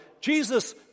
Jesus